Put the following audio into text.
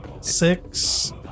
six